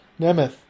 Nemeth